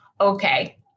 okay